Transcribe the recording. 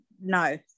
no